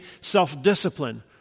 self-discipline